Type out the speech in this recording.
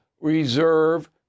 reserve